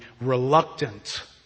reluctant